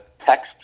text